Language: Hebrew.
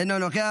אינו נוכח,